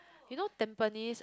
you know Tampines